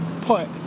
put